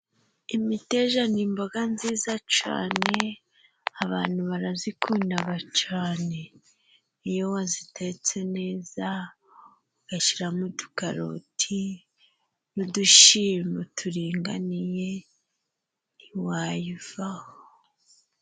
Imiteja ni imboga nziza cane, abantu barazikundaga cane! Iyo wazitetse neza, ugashiramo udukararoti, n'udushimbo turinganiye, ntiwayivaho.